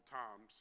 time